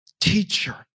teacher